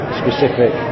specific